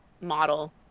model